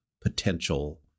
potential